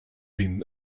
been